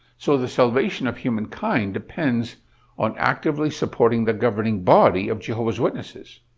so, the salvation of humankind depends on actively supporting the governing body of jehovah's witnesses.